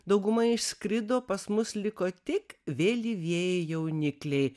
dauguma išskrido pas mus liko tik vėlyvieji jaunikliai